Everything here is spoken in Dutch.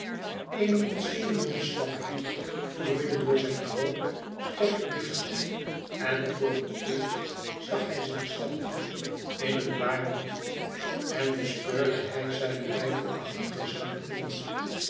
eene ontzenuwende slapheid vloeide door zijn groot sterk lichaam en voor het eerst zag hij zichzelven in een waar licht en bespeurde hij zijne weifelachtige zwakte diep